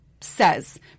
says